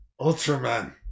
Ultraman